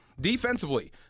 defensively